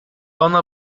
ona